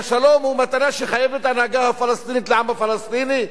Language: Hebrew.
והשלום הוא מתנה שההנהגה הפלסטינית חייבת לעם הפלסטיני,